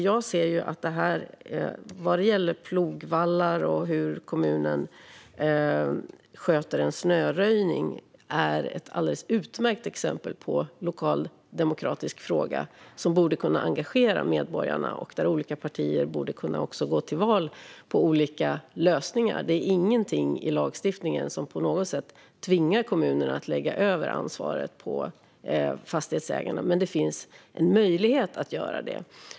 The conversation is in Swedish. Detta med plogvallar och hur kommunen sköter snöröjning är ett utmärkt exempel på en lokal demokratisk fråga som borde kunna engagera medborgarna. Olika partier borde också kunna gå till val med olika lösningar. Det är ingenting i lagstiftningen som tvingar kommunerna att lägga över ansvaret på fastighetsägarna, men det finns en möjlighet att göra det.